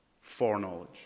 foreknowledge